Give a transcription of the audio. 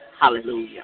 Hallelujah